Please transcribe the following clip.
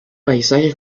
paisajes